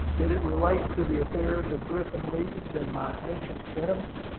did it relate to the affairs of griffin leeds and my ancient enemy?